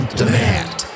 demand